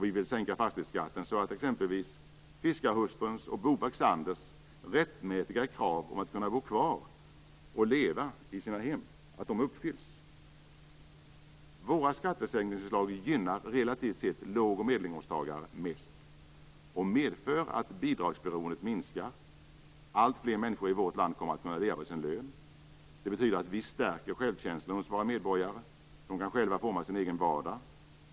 Vi vill sänka fastighetsskatten så att exempelvis fiskarhustruns och Bo Bexanders rättmätiga krav på att kunna bo kvar och leva i sina hem uppfylls. Våra skattesänkningsförslag gynnar relativt sett låg och medelinkomsttagare mest och medför att bidragsberoendet minskar. Alltfler människor i vårt land kommer att kunna leva på sin lön. Det betyder att vi stärker självkänslan hos våra medborgare. De kan själva forma sin egen vardag.